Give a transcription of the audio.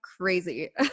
crazy